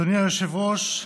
אדוני היושב-ראש,